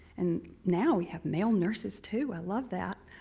and now we have male nurses too. i love that.